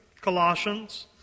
Colossians